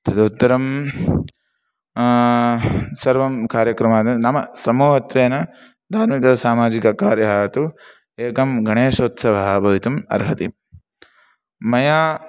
तदुत्तरं सर्वं कार्यक्रमान् नाम समूहत्वेन धार्मिकं सामाजिकं कार्यं तु एकं गणेशोत्सवः भवितुम् अर्हति मया